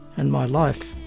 and my life.